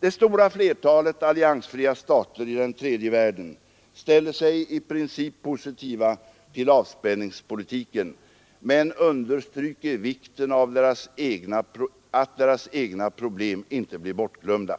Det stora flertalet alliansfria stater i den tredje världen ställer sig i princip positiva till avspänningspolitiken men understryker vikten av att deras egna problem inte blir bortglömda.